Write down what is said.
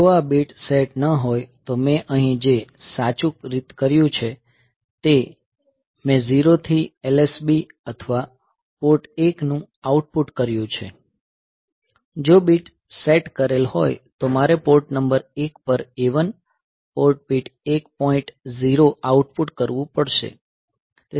જો આ bit set ન હોય તો મેં અહીં જે સાચી રીતે કર્યું છે તે મેં 0 થી LSB અથવા પોર્ટ 1 નું આઉટપુટ કર્યું છે જો બીટ સેટ કરેલ હોય તો મારે પોર્ટ નંબર 1 પર A1 પોર્ટ બીટ 1 પોઈન્ટ 0 નું આઉટપુટ કરવું પડશે